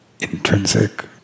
Intrinsic